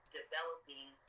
developing